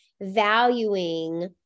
valuing